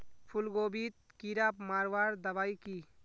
फूलगोभीत कीड़ा मारवार दबाई की?